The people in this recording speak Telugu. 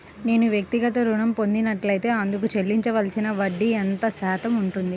నేను వ్యక్తిగత ఋణం పొందినట్లైతే అందుకు చెల్లించవలసిన వడ్డీ ఎంత శాతం ఉంటుంది?